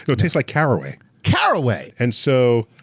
it tastes like caraway. caraway? and so,